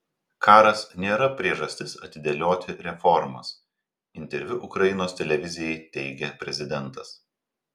karas nėra priežastis atidėlioti reformas interviu ukrainos televizijai teigė prezidentas